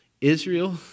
Israel